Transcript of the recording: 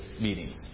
meetings